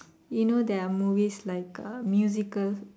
you know there are movies like uh musical